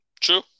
True